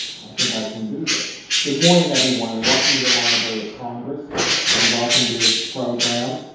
i think i can do this. good morning everyone and welcome to the library of congress and welcome to this program.